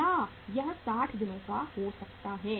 या यह 60 दिनों का हो सकता है